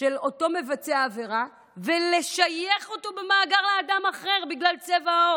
של אותו מבצע העבירה ולשייך אותו במאגר לאדם אחר בגלל צבע העור.